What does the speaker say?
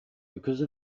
because